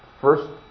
first